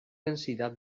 densidad